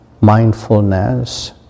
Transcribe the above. mindfulness